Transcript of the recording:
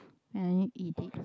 and you eat it